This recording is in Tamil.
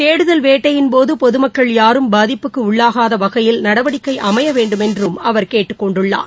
தேடுதல் வேட்டையின் போது பொதுமக்கள் யாரும் பாதிப்புக்குஉள்ளாகாதவகையில் நடவடிக்கைஅமையவேண்டுமென்றும் அவர் கேட்டுக் கொண்டுள்ளார்